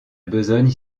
besogne